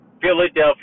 Philadelphia